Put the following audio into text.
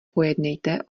pojednejte